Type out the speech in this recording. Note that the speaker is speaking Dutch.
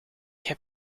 heb